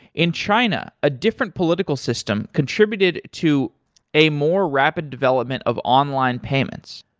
in china, a different political system contributed to a more rapid development of online payments.